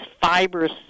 fibrous